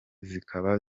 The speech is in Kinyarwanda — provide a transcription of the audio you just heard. zikaba